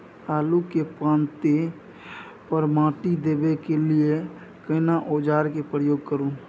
आलू के पाँति पर माटी देबै के लिए केना औजार के प्रयोग करू?